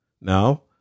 Now